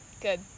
Good